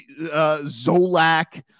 Zolak